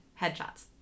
headshots